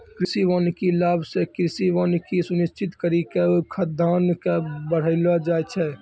कृषि वानिकी लाभ से कृषि वानिकी के सुनिश्रित करी के खाद्यान्न के बड़ैलो जाय छै